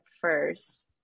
first